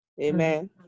Amen